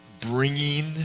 bringing